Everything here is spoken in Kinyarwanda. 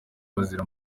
bazira